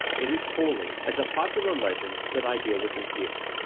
it is wholly as a popular legend that i deal with him here.